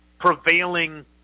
prevailing